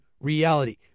reality